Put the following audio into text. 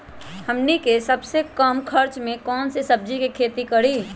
हमनी के सबसे कम खर्च में कौन से सब्जी के खेती करी?